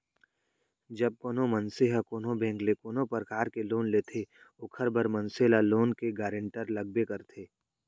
जब कोनो मनसे ह कोनो बेंक ले कोनो परकार ले लोन लेथे ओखर बर मनसे ल लोन के गारेंटर लगबे करथे